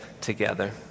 together